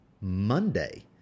Monday